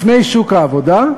לפני שוק העבודה,